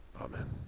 Amen